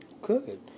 Good